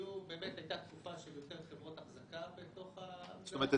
הייתה תקופה של יותר חברות אחזקה בתוך --- זאת אומרת,